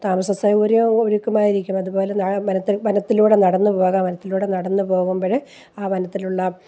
താമസ സൗകര്യം ഒരുക്കുമായിരിക്കും അതുപോലെ ആ വനത്തിൽ വനത്തുലൂടെ നടന്നു പോകാം വനത്തിലൂടെ നടന്നു പോകുമ്പഴ് ആ വനത്തിലുള്ള